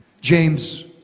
James